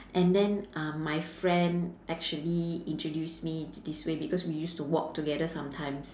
and then uh my friend actually introduced me to this way because we used to walk together sometimes